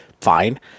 fine